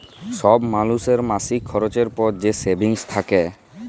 ছব মালুসের মাসিক খরচের পর যে সেভিংস থ্যাকে